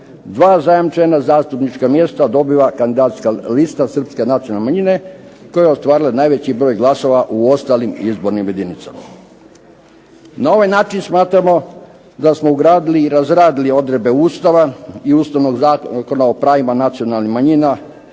dva zajamčena zastupnička mjesta dobiva kandidacijska lista Srpske nacionalne manjine koja je ostvarila najveći broj glasova u ostalim izbornim jedinicama. Na ovaj način smatramo da smo ugradili i razradili odredbe Ustava i Ustavnog zakona o pravima nacionalnih manjina